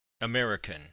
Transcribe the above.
American